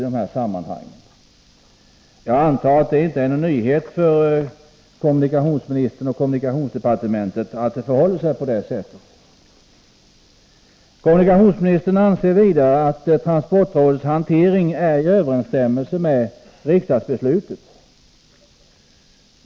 Jag antar att det inte är någon nyhet för kommunikationsministern och kommunikationsdepartementet att det förhåller sig på det sättet. Kommunikationsministern anser vidare att transportrådets handlande överensstämmer med riksdagsbeslutet.